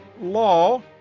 law